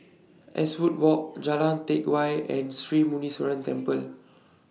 Eastwood Walk Jalan Teck Whye and Sri Muneeswaran Temple